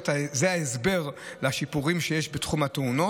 זה ההסבר לשיפורים שיש בתחום התאונות.